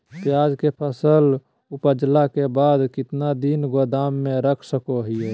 प्याज के फसल उपजला के बाद कितना दिन गोदाम में रख सको हय?